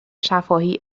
شفاهی